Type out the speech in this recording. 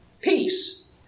peace